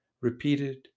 repeated